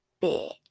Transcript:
bit